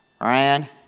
Ryan